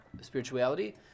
spirituality